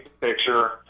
picture